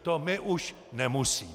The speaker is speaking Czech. To my už nemusíme.